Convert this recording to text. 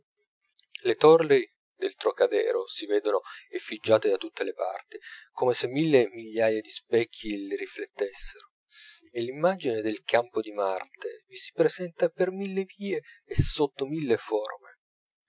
le torri del trocadero si vedono effigiate da tutte le parti come se mille migliaia di specchi le riflettessero e l'immagine del campo di marte vi si presenta per mille vie e sotto mille forme